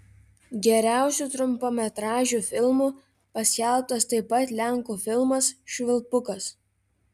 geriausiu trumpametražiu filmu paskelbtas taip pat lenkų filmas švilpukas